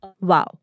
Wow